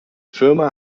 firma